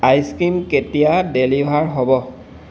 ice cream কেতিয়া deliver হ'ব